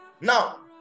Now